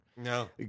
No